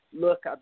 look